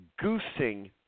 goosing